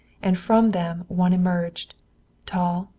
and from them one emerged tall,